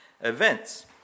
events